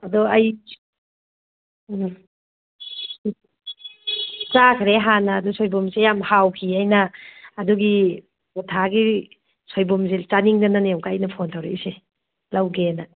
ꯑꯗꯣ ꯑꯩ ꯎꯝ ꯆꯥꯈ꯭ꯔꯦ ꯍꯥꯟꯅ ꯑꯗꯨ ꯁꯣꯏꯕꯨꯝꯁꯤ ꯌꯥꯝ ꯍꯥꯎꯈꯤ ꯑꯩꯅꯥ ꯑꯗꯨꯒꯤ ꯀꯣꯊꯥꯒꯤ ꯁꯣꯏꯕꯨꯝꯁꯦ ꯆꯥꯅꯤꯡꯗꯅꯅꯦ ꯑꯃꯨꯛꯀ ꯑꯩꯅ ꯐꯣꯟ ꯇꯧꯔꯛꯏꯁꯦ ꯂꯧꯒꯦꯅ